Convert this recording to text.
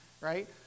right